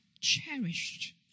cherished